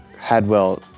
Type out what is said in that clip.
Hadwell